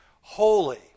holy